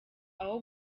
aho